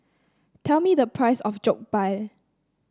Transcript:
tell me the price of Jokbal